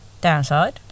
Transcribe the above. Downside